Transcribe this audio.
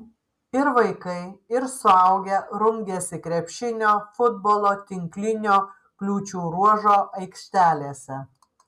ir vaikai ir suaugę rungėsi krepšinio futbolo tinklinio kliūčių ruožo aikštelėse